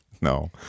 No